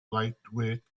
lightweight